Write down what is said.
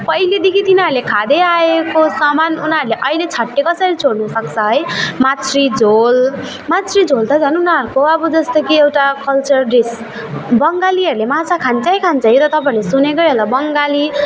पहिल्यैदेखि तिनीहरूले खाँदै आएको सामान उनीहरूले अहिले चट्टै कसरी छोड्नु सक्छ है माछ्री झोल माछ्री झोल त झन् उनीहरूको अब जस्तो कि एउटा कल्चर डिस बङ्गालीहरूले माछा खान्छै खान्छ यो तपाईँहरूले सुनेकै होला बङ्गाली